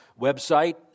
website